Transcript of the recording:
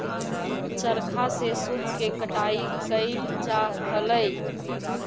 चरखा से सूत के कटाई कैइल जा हलई